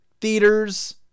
theaters